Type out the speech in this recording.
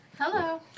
hello